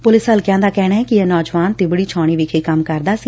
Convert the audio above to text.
police ਹਲਕਿਆਂ ਦਾ ਕਹਿਣੈ ਕਿ ਇਹ ਨੌਜਵਾਨ ਤਿਬੜੀ ਛਾਉਣੀ ਵਿਖੇ ਕੰਮ ਕਰਦਾ ਸੀ